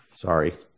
sorry